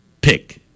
pick